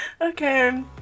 Okay